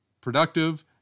productive